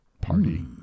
party